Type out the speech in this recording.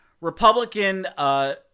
Republican